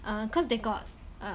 err cause they got err